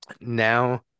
now